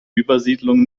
übersiedlung